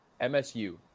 MSU